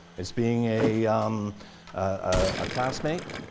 it's being a um ah classmate.